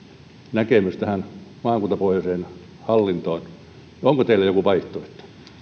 näkemys tästä maakuntapohjaisesta hallinnosta onko teillä joku vaihtoehto